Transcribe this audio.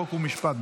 חוק ומשפט.